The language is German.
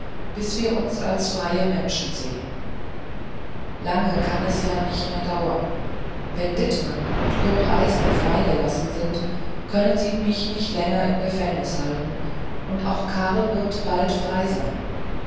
bis wir uns als freie menschen sehn lange kann es ja nicht mehr dauern wenn dittmann und kurt eisner frei gelassen sind können sie mich nicht länger im gefängnis halten und auch karl wird bald frei sein